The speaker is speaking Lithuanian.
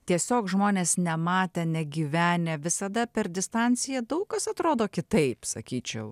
tiesiog žmonės nematę negyvenę visada per distanciją daug kas atrodo kitaip sakyčiau